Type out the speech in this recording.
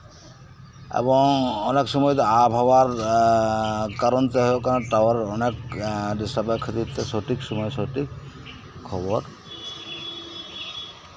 ᱮᱵᱚᱝ ᱚᱱᱮᱠ ᱥᱚᱢᱚᱭ ᱫᱚ ᱟᱵᱚᱦᱟᱣᱟ ᱠᱟᱨᱚᱱ ᱛᱮ ᱦᱳᱭᱳᱜ ᱠᱟᱱᱟ ᱴᱟᱣᱟᱨ ᱚᱱᱮᱠ ᱰᱤᱥᱴᱟᱵᱽ ᱮᱫ ᱠᱷᱟᱛᱤᱨ ᱛᱮ ᱥᱚᱴᱷᱤᱠ ᱥᱚᱢᱚᱭ ᱨᱮ ᱥᱚᱴᱷᱤᱠ ᱠᱷᱚᱵᱚᱨ